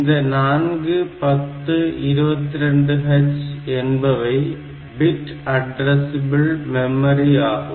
இந்த 4 10 22 H என்பவை bit addressable memory ஆகும்